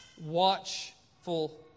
watchful